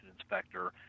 inspector